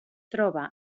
troba